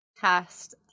cast